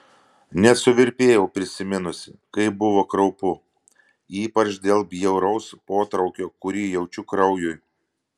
net suvirpėjau prisiminusi kaip buvo kraupu ypač dėl bjauraus potraukio kurį jaučiu kraujui